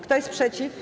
Kto jest przeciw?